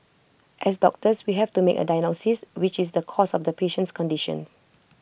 as doctors we have to make A diagnosis which is the cause of the patient's conditions